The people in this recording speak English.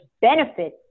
benefit